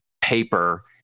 paper